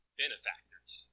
benefactors